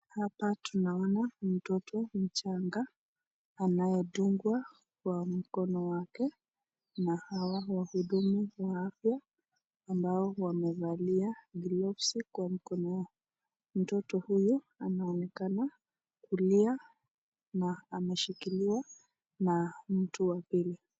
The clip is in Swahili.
Hapa tunaona mtoto mchanga anayedungwa kwa mkono wake na hawa wahudumu wa afya ambao wamevalia (cs) gloves (cs) kwa mkono mtoto huyu anaonekana kulia na ameshikiliwa na mtu wa pili.